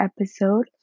episode